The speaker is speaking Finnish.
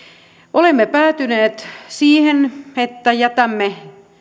olemme päätyneet siihen että jätämme